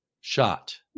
shot